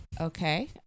Okay